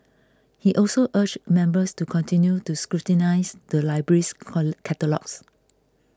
he also urged members to continue to scrutinise the library's catalogues